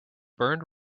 burned